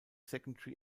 secondary